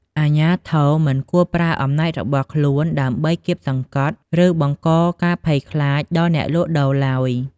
អាជ្ញាធរមិនគួរប្រើប្រាស់អំណាចរបស់ខ្លួនដើម្បីគាបសង្កត់ ឬបង្កការភ័យខ្លាចដល់អ្នកលក់ដូរឡើយ។